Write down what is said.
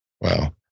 Wow